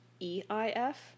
E-I-F